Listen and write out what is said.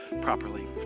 properly